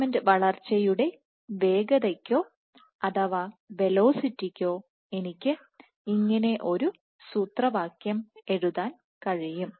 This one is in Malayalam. ഫിലമെന്റ് വളർച്ചയുടെ വേഗതയ്ക്കോ അഥവാ വെലോസിറ്റിക്കോഎനിക്ക് ഇങ്ങനെ ഒരു സൂത്രവാക്യം എഴുതാൻ കഴിയും